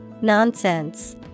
Nonsense